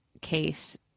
case